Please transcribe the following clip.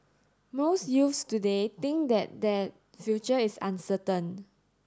most youths today think that their future is uncertain